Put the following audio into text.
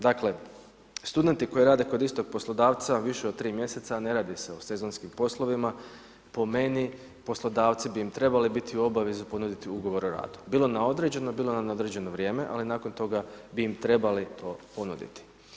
Dakle, studenti koji rade kod istog poslodavca više od 3 mjeseca, ne radi se o sezonskim poslovima, po meni, poslodavci bi im trebali biti u obavezi ponuditi ugovor o radu, bilo na određeno, bilo na neodređeno vrijeme ali nakon toga bi im trebali to ponuditi.